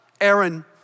Aaron